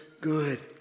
good